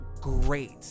great